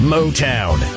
Motown